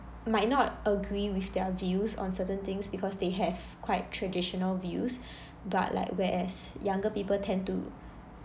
might not agree with their views on certain things because they have quite traditional views but like whereas younger people tend to